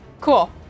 cool